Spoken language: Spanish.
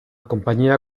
compañía